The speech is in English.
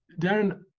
Darren